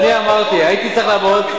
הייתי צריך לעמוד פה,